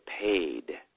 paid